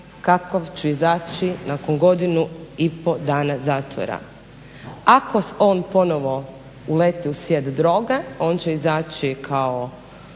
kakav ću izaći nakon 1,5 dana zatvora". Ako on ponovno uleti u svijet droge, on će izaći kao